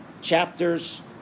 chapters